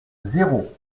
zéro